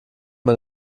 man